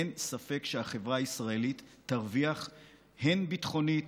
אין ספק שהחברה הישראלית תרוויח הן ביטחונית,